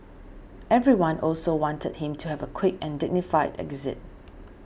everyone also wanted him to have a quick and dignified exit